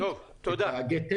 את הגט טקסי,